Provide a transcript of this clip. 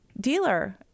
dealer